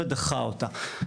ודחה אותה.